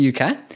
UK